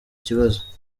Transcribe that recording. kibazo